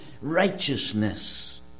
righteousness